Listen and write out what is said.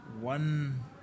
one